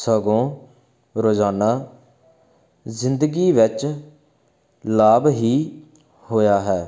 ਸਗੋਂ ਰੋਜ਼ਾਨਾ ਜ਼ਿੰਦਗੀ ਵਿੱਚ ਲਾਭ ਹੀ ਹੋਇਆ ਹੈ